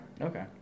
okay